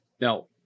Now